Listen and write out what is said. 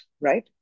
right